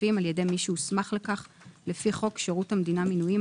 הכספים על ידי מי שהוסמך לכך לפי חוק שירות המדינה (מינויים),